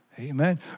Amen